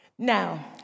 Now